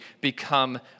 become